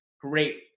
great